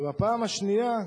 ובפעם השנייה,